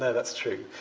that's true.